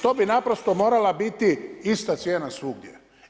To bi naprosto morala biti ista cijena svugdje.